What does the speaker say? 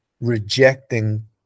rejecting